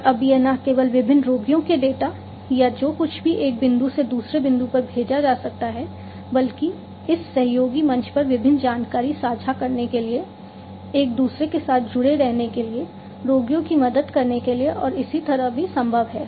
और अब यह न केवल विभिन्न रोगियों के डेटा या जो कुछ भी एक बिंदु से दूसरे बिंदु पर भेजा जा सकता है बल्कि इस सहयोगी मंच पर विभिन्न जानकारी साझा करने के लिए एक दूसरे के साथ जुड़े रहने के लिए रोगियों की मदद करने के लिए और इसी तरह भी संभव है